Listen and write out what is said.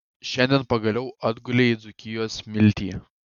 šiandien pagaliau atgulei į dzūkijos smiltį